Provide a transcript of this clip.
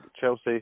Chelsea